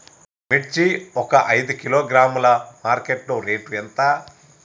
మిర్చి ఒక ఐదు కిలోగ్రాముల మార్కెట్ లో రేటు ఎంత?